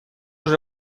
уже